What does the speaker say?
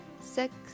six